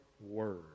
word